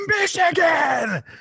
michigan